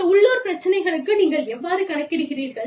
இந்த உள்ளூர் பிரச்சினைகளுக்கு நீங்கள் எவ்வாறு கணக்கிடுகிறீர்கள்